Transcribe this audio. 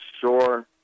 sure